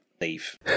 leave